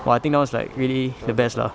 !wah! I think now is like really the best lah